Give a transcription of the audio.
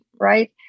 right